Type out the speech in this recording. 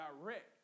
direct